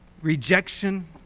rejection